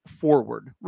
forward